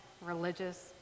religious